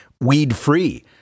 weed-free